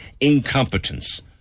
Incompetence